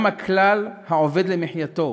גם הכלל העובד למחייתו